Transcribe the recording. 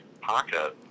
pocket